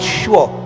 sure